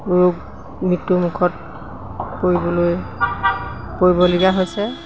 ৰোগ মৃত্যুমুখত পৰিবলৈ পৰিবলগীয়া হৈছে